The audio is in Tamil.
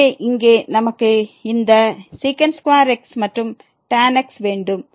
எனவே இங்கே நமக்கு இந்த x மற்றும் tan x வேண்டும்